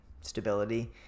stability